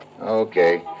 Okay